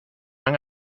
han